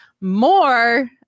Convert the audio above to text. more